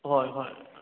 ꯍꯣꯏ ꯍꯣꯏ